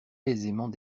aisément